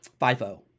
FIFO